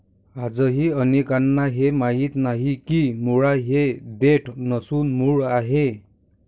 आजही अनेकांना हे माहीत नाही की मुळा ही देठ नसून मूळ आहे